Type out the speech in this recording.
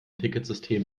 ticketsystem